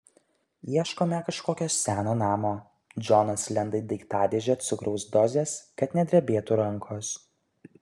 ieškome kažkokio seno namo džonas lenda į daiktadėžę cukraus dozės kad nedrebėtų rankos